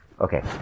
Okay